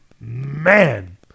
man